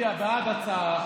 לדבר כזה.